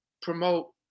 promote